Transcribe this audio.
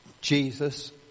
Jesus